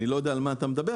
אני לא יודע על מה אתה מדבר.